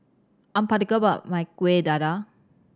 I'm particular about my Kueh Dadar